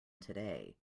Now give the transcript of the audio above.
today